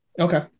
Okay